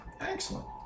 Excellent